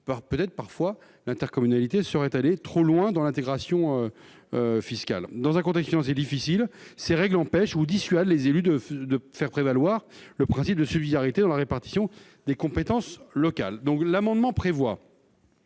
peut-être l'intercommunalité est-elle allée trop loin en matière d'intégration fiscale. Dans un contexte financier difficile, ces règles empêchent ou dissuadent les élus de faire prévaloir le principe de subsidiarité dans la répartition des compétences locales. Cet amendement tend